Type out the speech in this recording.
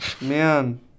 Man